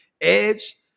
Edge